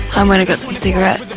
um and got some cigarettes.